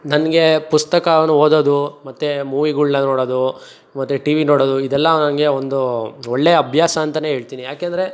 ನನಗೆ ಪುಸ್ತಕವನ್ನು ಓದೋದು ಮತ್ತು ಮೂವಿಗಳ್ನ ನೋಡೋದು ಮತ್ತು ಟಿ ವಿ ನೋಡೋದು ಇದೆಲ್ಲ ನಂಗೆ ಒಂದು ಒಳ್ಳೆಯ ಅಭ್ಯಾಸ ಅಂತೆಯೇ ಹೇಳ್ತೀನಿ ಏಕೆಂದ್ರೆ